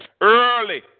early